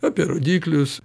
apie rodiklius